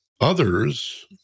others